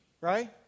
Right